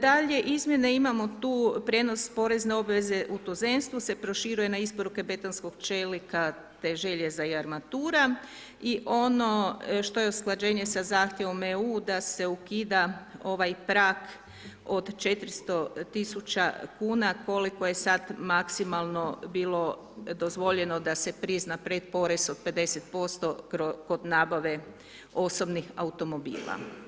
Dalje, izmjene imamo tu prijenos porezne obveze u tuzemstvu se proširuje na isporuke betonskog čelika, te željeza i armatura i ono što je usklađenje sa zahtjevom EU da se ukida ovaj prag od 400 tisuća kuna koliko je sad maksimalno bilo dozvoljeno da se prizna pretporez od 50% kod nabave osobnih automobila.